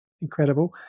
Incredible